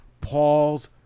Paul's